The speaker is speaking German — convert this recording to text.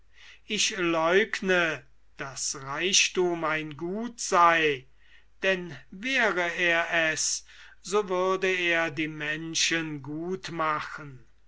ich leugne daß reichthum ein gut sei denn wäre er es so würde er die menschen gut machen